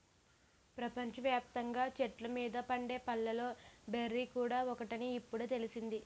ప్రపంచ వ్యాప్తంగా చెట్ల మీద పండే పళ్ళలో బెర్రీ కూడా ఒకటని ఇప్పుడే తెలిసింది